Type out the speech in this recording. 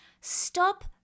Stop